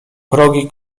progi